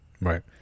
Right